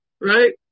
right